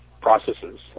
processes